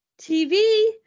TV